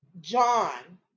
John